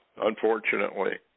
Unfortunately